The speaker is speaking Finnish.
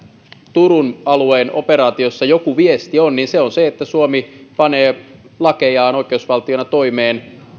turun alueen operaatiossa joku viesti on niin se on se että suomi panee lakejaan oikeusvaltiona toimeen